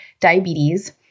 diabetes